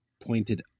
pointed